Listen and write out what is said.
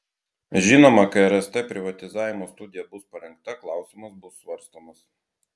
žinoma kai rst privatizavimo studija bus parengta klausimas bus svarstomas